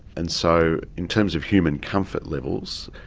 and so, in terms of human comfort levels,